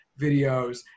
videos